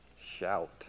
Shout